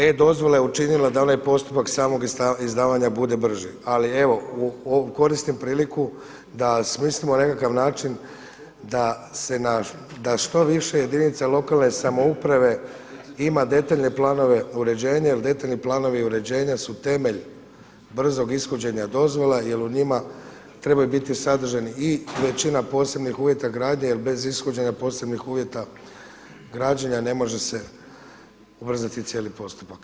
E-dozvola je učinila da onaj postupak samog izdavanja bude brži, ali evo koristim priliku da smislimo nekakav način da se što više jedinica lokalne samouprave ima detaljne planove uređenja jer detaljni planovi uređenja su temelj brzog ishođenja dozvole jel u njima trebaju biti sadrženi i većina posebnih uvjeta gradnje jel bez ishođenja posebnih uvjeta građenja ne može se ubrzati cijeli postupak.